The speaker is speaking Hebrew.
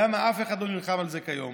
למה אף אחד לא נלחם על זה כיום?